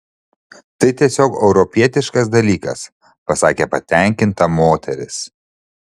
tai tiesiog europietiškas dalykas pasakė patenkinta moteris